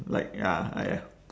like ya !aiya!